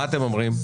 מה אתם אומרים?